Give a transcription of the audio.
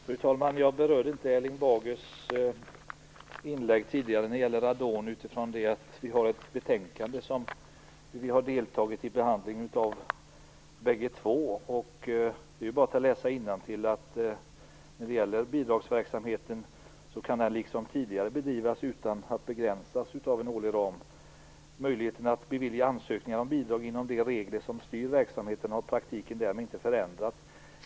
Fru talman! Jag berörde inte Erling Bagers tidigare inlägg om radon, och det berodde på att vi här har ett betänkande som vi bägge två har varit med och behandlat. Det är bara att läsa innantill: "Det bör dock framhållas att bidragsverksamheten liksom tidigare kan bedrivas utan att begränsas av en årlig ram -. Möjligheten att bevilja ansökningar om bidrag inom de regler som styr verksamheten har i praktiken därmed inte förändrats."